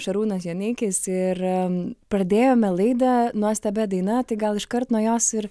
šarūnas joneikis ir pradėjome laidą nuostabia daina tai gal iškart nuo jos ir